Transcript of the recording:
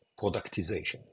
productization